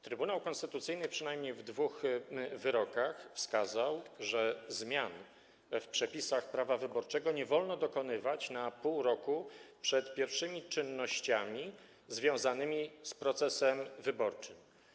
Trybunał Konstytucyjny przynajmniej w dwóch wyrokach wskazał, że zmian w przepisach prawa wyborczego nie wolno dokonywać na pół roku przed pierwszymi czynnościami związanymi z procesem wyborczym.